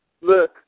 look